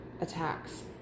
attacks